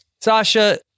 Sasha